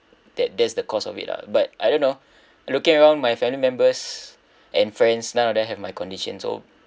that that's the cost of it lah but I don't know looking around my family members and friends now that I have my condition so